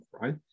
right